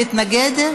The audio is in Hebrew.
מתנגד?